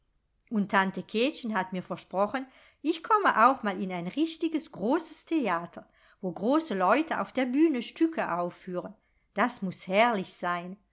und tante kätchen hat mir versprochen ich komme auch mal in ein richtiges großes theater wo große leute auf der bühne stücke aufführen das muß herrlich sein